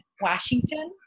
Washington